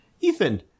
Ethan